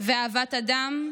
ואהבת אדם,